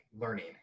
learning